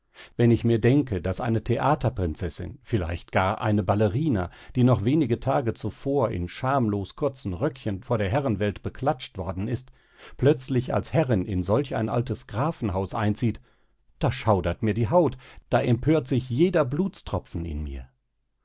wenn ich mir denke daß eine theaterprinzessin vielleicht gar eine ballerina die noch wenige tage zuvor in schamlos kurzen röckchen von der herrenwelt beklascht worden ist plötzlich als herrin in solch ein altes grafenhaus einzieht da schaudert mir die haut da empört sich jeder blutstropfen in mir